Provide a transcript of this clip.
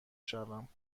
شوم